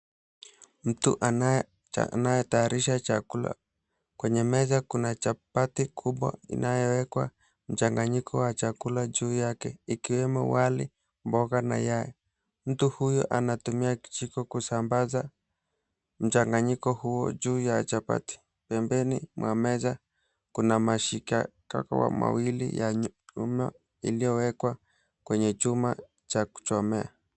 Mtu anayetayarisha chakula, kwenye meza kuna chapati kubwa inayowekwa mchanganyiko wa chakula juu yake ikiwemo wali, mboga na yai. Mtu huyu anatumia kijiko kusambaza mchanganyiko huo juu ya chapati. Pembeni mwa meza kuna mashikako mawili ya nyama iliyowekwa kwenye chuma cha kuchomea.